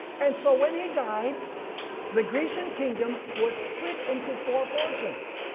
and so when he died the grecian kingdom was split into four portions.